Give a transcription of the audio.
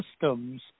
systems